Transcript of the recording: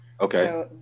Okay